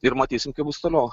ir matysim kaip bus toliau